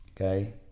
okay